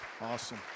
awesome